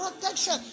protection